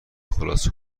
خلاصه